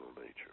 nature